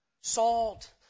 Salt